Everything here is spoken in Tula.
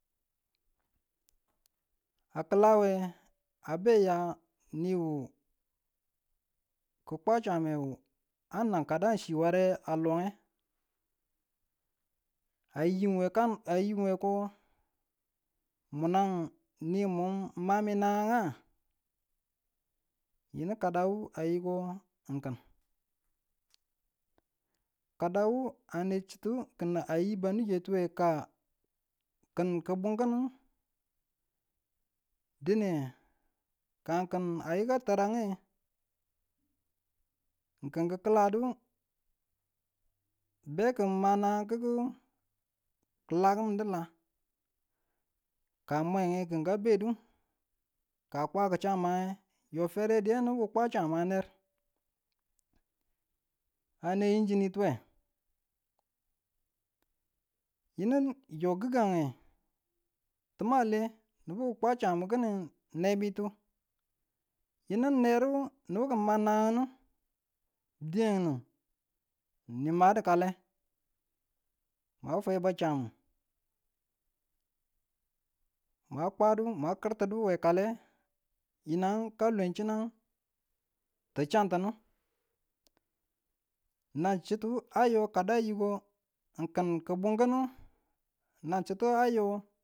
A kilawe a be niyu kikwa chaamu a nang kada chiware a longe ayi kan ayi ko muna ni mu mami nananga? yinu kadawu a yi ko n ki̱n, kada wu ane chituwu wu a yi benuke ta n kin ki bunkinu dine ka kin a yika terenge kin kiladu be ki ma nanang kiku kila kimin du la ka mwenge kin ka dwedu ka kwaki chaamang yo fere diye nibu ki kwa chaama ner ane yiinginitiwe yinu yo gigange ti̱n ale nibu ki kwa chaamu kini nebiyu kinu neru nibu ki man nanangu diinu nu madu kale mwan fwe ba chaamu mwan kwadu mwan kurtidu we kale yinang ka lweng chinang ti chantinu nan chitu ayo kada yiko ki̱n ki bunkini nan chitta ayo.